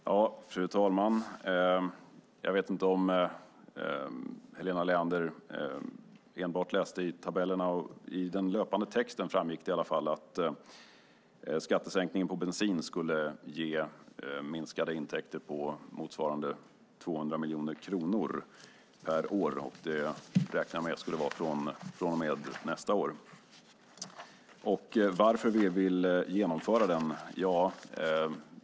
Fru talman! Jag vet inte om Helena Leander enbart har läst tabellerna, för i den löpande texten framgår det i alla fall att skattesänkningen på bensin skulle ge minskade intäkter på motsvarande 200 miljoner kronor per år, och det räknar jag med skulle vara från och med nästa år. Varför vi vill genomföra den?